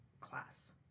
class